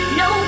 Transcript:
no